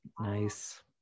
Nice